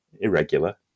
irregular